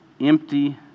empty